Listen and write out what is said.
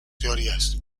teorías